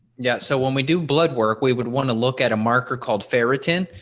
yeah so when we do blood work, we would want to look at a marker called ferritin.